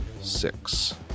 six